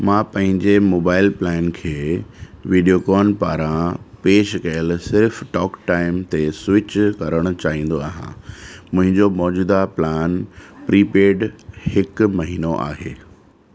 मां पंहिंजे mobile plan खे वीडियोकॉन पारां पेशि कयल सिर्फ़ु टॉक टाइम ते स्विच करणु चाहींदो आहियां मुंहिंजो मौजूदा प्लान प्रीपेड हिकु महीना आहे